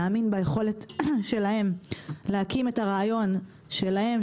להאמין ביכולת שלהם להקים את הרעיון שלהם,